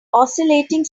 oscillating